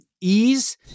ease